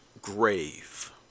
grave